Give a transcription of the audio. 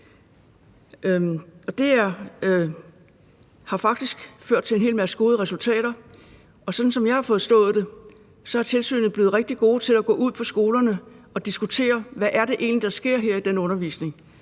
det har faktisk ført til en hel masse gode resultater, og sådan som jeg har forstået det, er tilsynet blevet rigtig gode til at gå ud på skolerne og diskutere, hvad det egentlig er, der sker i den her undervisning